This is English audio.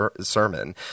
sermon